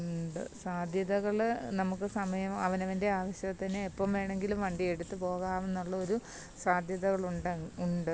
ഉണ്ട് സാധ്യതകൾ നമുക്ക് സമയം അവനവൻ്റെ ആവശ്യത്തിന് എപ്പം വേണമെങ്കിലും വണ്ടിയെടുത്ത് പോകാവുന്നൊള്ളോരു സാധ്യതകളുണ്ട് ഉണ്ട്